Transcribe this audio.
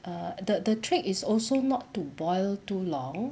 err the the trick is also not to boil too long